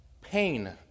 pain